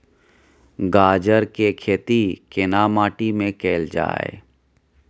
गाजर के खेती केना माटी में कैल जाए?